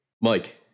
Mike